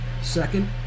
second